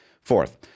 Fourth